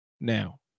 now